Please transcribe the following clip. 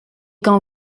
quand